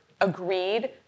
agreed